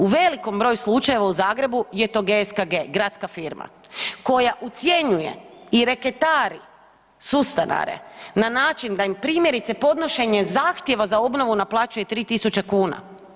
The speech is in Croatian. U velikom broju slučajeva u Zagrebu je to GSKG gradska firma koja ucjenjuje i reketari sustanare na način da im primjerice podnošenje zahtjeva za obnovu naplaćuje 3.000 kuna.